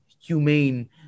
humane